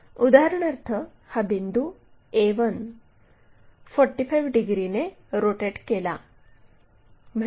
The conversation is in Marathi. उदाहरणार्थ हा बिंदू a1 45 डिग्रीने रोटेट केला